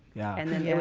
yeah. and then yeah it